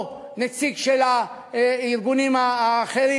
או נציג של הארגונים האחרים,